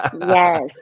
Yes